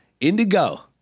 Indigo